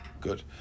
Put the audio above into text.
Good